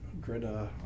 Greta